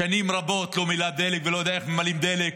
שנים רבות הוא לא מילא דלק ולא יודע איך ממלאים דלק,